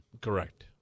Correct